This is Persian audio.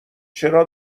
چرا